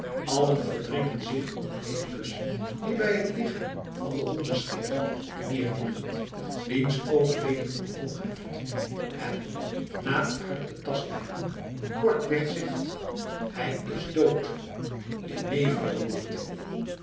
allen verdringen zich om den medicus die bij het lichaam van den hondenscheerder neerknielt diens oogleden omhoogheft en na t hart betast te hebben kortweg zegt hij is dood jeneverberoerte